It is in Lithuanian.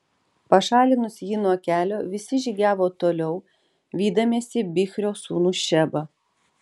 pašalinus jį nuo kelio visi žygiavo toliau vydamiesi bichrio sūnų šebą